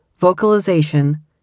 vocalization